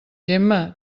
gemma